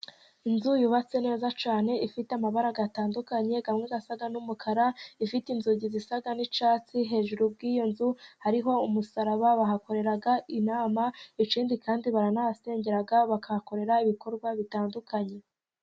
Inzu yubatse neza cyane, ifite amabara atandukanye, amwe asa n'umukara, ifite inzugi zisa n'icyatsi. Hejuru y'iyo nzu hariho umusaraba. Bahakorera inama, ikindi kandi baranahasengera, bakahakorera ibikorwa bitandukanye.